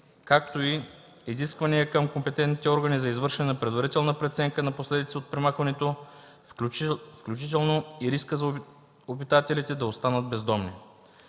както и изисквания към компетентните органи за извършване на предварителна преценка на последиците от премахването, включително и риска за обитателите да останат бездомни.